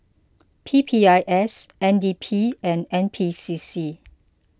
P P I S N D P and N P C C